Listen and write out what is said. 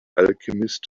alchemist